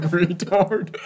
retard